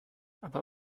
aber